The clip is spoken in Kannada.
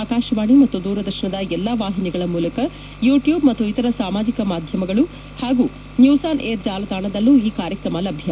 ಆಕಾಶವಾಣಿ ಮತ್ತು ದೂರದರ್ಶನದ ಎಲ್ಲಾ ವಾಹಿನಿಗಳ ಮೂಲಕ ಯೂಟ್ಯೂಬ್ ಮತ್ತು ಇತರ ಸಾಮಾಜಿಕ ಮಾಧ್ಯಮಗಳು ಹಾಗೂ ನ್ಯೂಸ್ ಆನ್ ಏರ್ ಜಾಲತಾಣದಲ್ಲೂ ಈ ಕಾರ್ಯಕ್ರಮ ಲಭ್ಯ